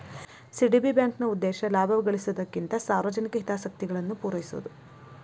CDB ಬ್ಯಾಂಕ್ನ ಉದ್ದೇಶ ಲಾಭ ಗಳಿಸೊದಕ್ಕಿಂತ ಸಾರ್ವಜನಿಕ ಹಿತಾಸಕ್ತಿಗಳನ್ನ ಪೂರೈಸೊದು